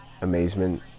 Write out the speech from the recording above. amazement